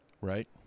Right